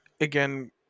again